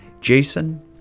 Jason